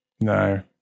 no